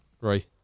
Right